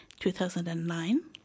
2009